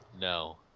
No